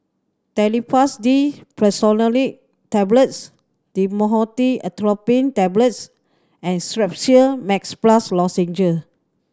Telfast D Fexofenadine Tablets Dhamotil Atropine Tablets and Strepsils Max Plus Lozenges